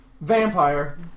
Vampire